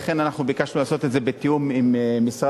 ולכן אנחנו ביקשנו לעשות את זה בתיאום עם משרד